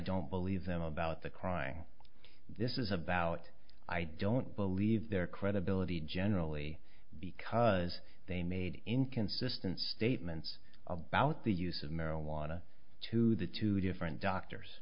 don't believe them about the crying this is about i don't believe their credibility generally because they made inconsistent statements about the use of marijuana to the two different doctors